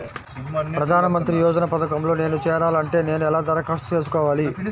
ప్రధాన మంత్రి యోజన పథకంలో నేను చేరాలి అంటే నేను ఎలా దరఖాస్తు చేసుకోవాలి?